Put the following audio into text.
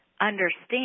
understand